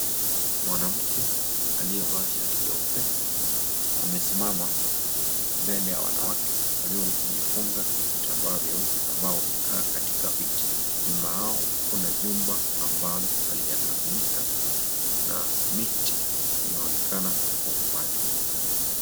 Mwanamke aliyevaa shati jeupe amesimama mbele ya wanawake waliojifunga vitambaa vyeupe ambao wamekaa katika viti, nyuma yao kuna jumba ambalo halijakamilika na miti inaonekana kwa umbali.